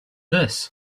this